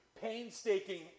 painstaking